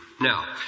Now